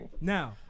Now